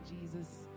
Jesus